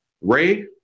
Ray